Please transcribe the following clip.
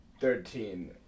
Thirteen